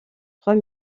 trois